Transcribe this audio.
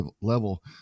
level